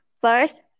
First